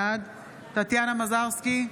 בעד טטיאנה מזרסקי,